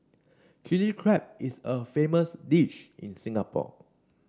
Chilli Crab is a famous dish in Singapore